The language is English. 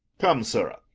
come, sirrah,